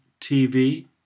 TV